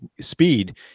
Speed